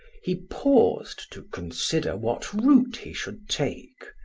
he paused to consider what route he should take.